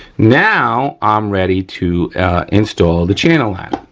now i'm ready to install the channel liner,